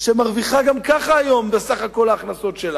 שמרוויחה גם ככה היום בסך כל ההכנסות שלה,